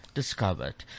discovered